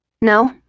No